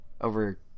over